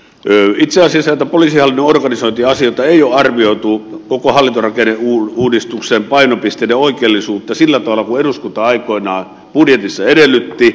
itse asiassa näitä poliisihallinnon organisointiasioita ei ole arvioitu koko hallintorakenneuudistuksen painopisteiden oikeellisuutta sillä tavalla kuin eduskunta aikoinaan budjetissa edellytti